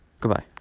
Goodbye